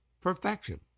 perfection